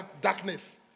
darkness